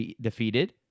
defeated